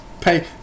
pay